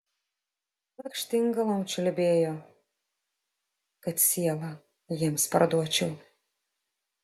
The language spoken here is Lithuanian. lakštingalom čiulbėjo kad sielą jiems parduočiau